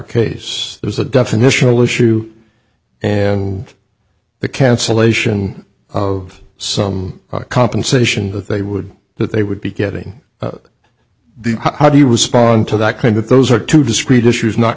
case there's a definitional issue the cancellation of some compensation that they would that they would be getting the how do you respond to that kind of those are two discrete issues not